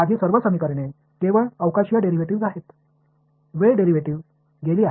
எனது சமன்பாடுகள் அனைத்தும் இடஞ்சார்ந்த டெரிவேட்டிவ்ஸ் களை மட்டுமே கொண்டுள்ளன டைம் டெரிவேட்டிவ்ஸ் போய்விட்டன